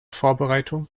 vorbereitung